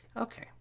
Okay